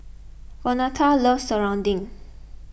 Vonetta loves Serunding